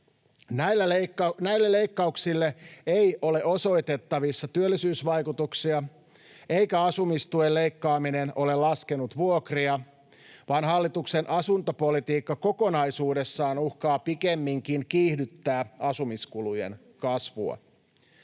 Näille leikkauksille ei ole osoitettavissa työllisyysvaikutuksia, eikä asumistuen leikkaaminen ole laskenut vuokria, vaan hallituksen asuntopolitiikka kokonaisuudessaan uhkaa pikemminkin kiihdyttää asumiskulujen kasvua.